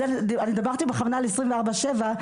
אני דיברתי בכוונה על עשרים וארבע/שבע,